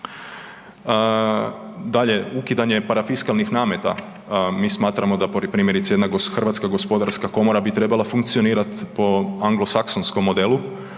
Dalje, ukidanje parafiskalnih nameta, mi smatramo primjerice jedna HGK bi trebala funkcionirat po anglosaksonskom modelu,